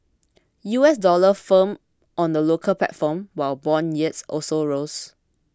U S dollar firmed on the local platform while bond yields also rose